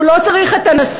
הוא לא צריך את הנשיא.